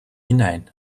hinein